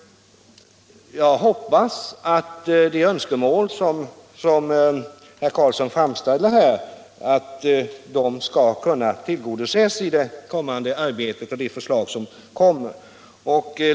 Jag hoppas att de önskemål som herr Karlsson framställer skall kunna tillgodoses vid det kommande arbetet och i de förslag som kommer.